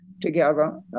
together